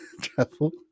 travel